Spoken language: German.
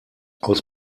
aus